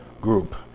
group